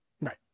right